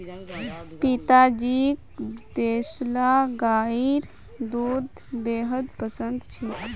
पिताजीक देसला गाइर दूध बेहद पसंद छेक